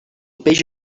peix